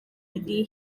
iddi